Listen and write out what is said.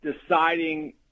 deciding